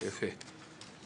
יפה.